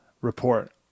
report